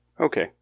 Okay